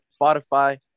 Spotify